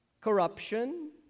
Corruption